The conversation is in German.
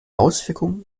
auswirkungen